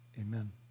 amen